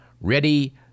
Ready